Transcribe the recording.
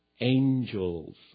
angels